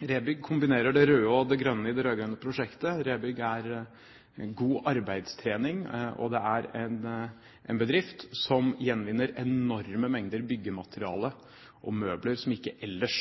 ReBygg kombinerer det røde og det grønne i det rød-grønne prosjektet. ReBygg er god arbeidstrening, og det er en bedrift som gjenvinner enorme mengder byggemateriale og møbler som ikke ellers